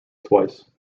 twice